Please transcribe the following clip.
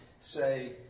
say